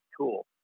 tool